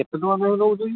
କେତେ ଟଙ୍କା ଲେଖାଁ ନେଉଛନ୍ତି